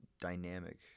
dynamic